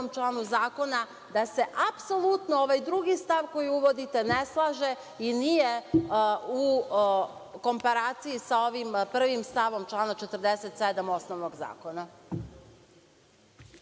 članu zakona da se apsolutno ovaj 2. stav koji uvodite ne slaže i nije u komparaciji sa ovim 1. stavom člana 47. Osnovnog zakona.